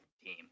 team